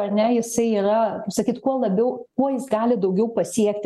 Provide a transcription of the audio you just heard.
ar ne jisai yra kaip sakyt kuo labiau kuo jis gali daugiau pasiekti